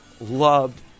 loved